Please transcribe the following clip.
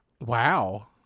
wow